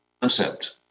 concept